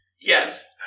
Yes